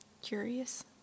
Curious